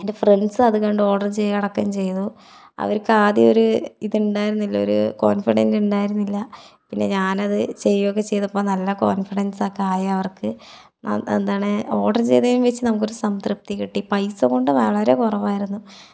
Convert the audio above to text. എന്റെ ഫ്രണ്ട്സ് അതു കണ്ട് ഓർഡർ ചെയ്യ അടക്കം ചെയ്തു അവർക്ക് ആദ്യമൊരു ഇതുണ്ടായിരുന്നില്ല ഒരു കോൺഫിഡൻറ് ഉണ്ടായിരുന്നില്ല പിന്നെ ഞാനത് ചെയ്യുകയൊക്കെ ചെയ്തപ്പോൾ നല്ല കോൺഫിഡൻസൊക്കെ ആയവർക്ക് എന്താണ് ഓർഡർ ചെയ്തതിലും വെച്ചിട്ട് നമുക്ക് കുറച്ച് സംതൃപ്തി കിട്ടി പൈസ കൊണ്ട് വളരെ കുറവായിരുന്നു